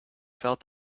felt